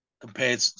compared